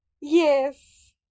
Yes